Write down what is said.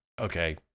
Okay